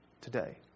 today